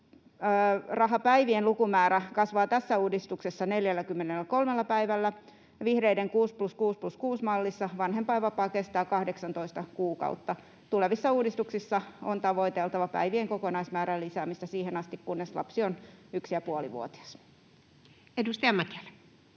Vanhempainrahapäivien lukumäärä kasvaa tässä uudistuksessa 43 päivällä, ja vihreiden 6+6+6-mallissa vanhempainvapaa kestää 18 kuukautta. Tulevissa uudistuksissa on tavoiteltava päivien kokonaismäärän lisäämistä siihen asti kunnes lapsi on yksi- ja puolivuotias. Edustaja Mäkelä.